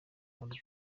murwa